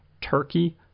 turkey